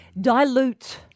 dilute